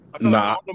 nah